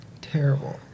Terrible